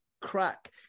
crack